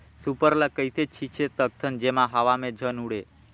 Super ल कइसे छीचे सकथन जेमा हवा मे झन उड़े?